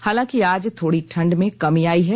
हालांकि आज थोड़ी ठंड में कमी आयी है